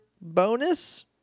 bonus